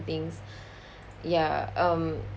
things ya um